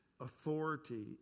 authority